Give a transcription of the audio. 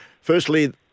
Firstly